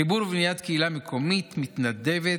חיבור ובניית קהילה מקומית מתנדבת,